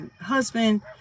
Husband